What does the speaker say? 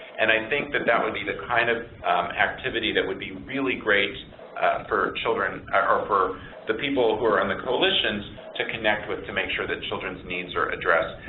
and i think that that would be the kind of activity that would be really great for children or for the people who are on the coalitions to connect with to make sure that children's needs are addressed.